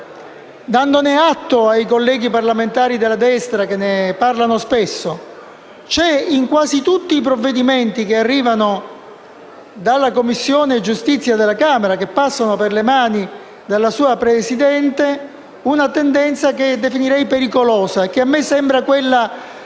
dandone atto ai colleghi parlamentari della destra, che ne parlano spesso. In quasi tutti i provvedimenti che arrivano dalla Commissione giustizia della Camera dei deputati e che passano per le mani della sua Presidenza c'è una tendenza che definirei pericolosa, che a me sembra quella